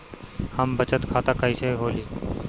हम बचत खाता कईसे खोली?